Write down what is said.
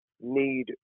need